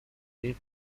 نیز